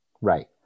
Right